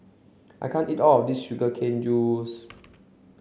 I can't eat all of this sugar cane juice